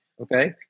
okay